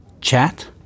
chat